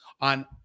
on